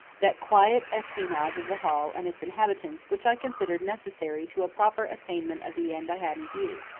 that quiet espionage of the hall and its inhabitants which i considered necessary to a proper attainment of the end i had in view.